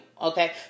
Okay